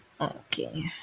Okay